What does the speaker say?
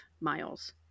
miles